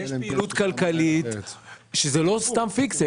כשיש פעילות כלכלית שהיא לא סתם פיקציה,